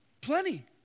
Plenty